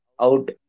out